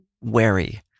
wary